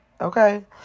Okay